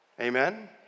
Amen